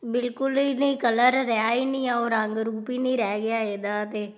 ਬਿਲਕੁਲ ਹੀ ਨਹੀਂ ਕਲਰ ਰਿਹਾ ਹੀ ਨਹੀਂ ਉਹ ਰੰਗ ਰੂਪ ਹੀ ਨਹੀਂ ਰਹਿ ਗਿਆ ਇਹਦਾ ਤਾਂ